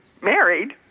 married